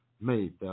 made